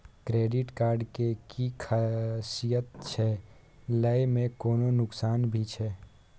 Credit card के कि खासियत छै, लय में कोनो नुकसान भी छै?